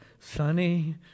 sunny